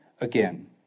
again